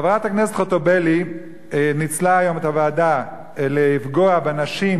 חברת הכנסת חוטובלי ניצלה היום את הוועדה לפגוע בנשים